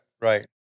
Right